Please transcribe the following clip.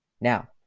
Now